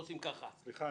סליחה.